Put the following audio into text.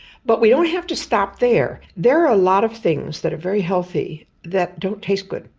but we don't have to stop there. there are a lot of things that are very healthy that don't taste good.